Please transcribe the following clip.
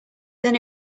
then